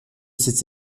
ses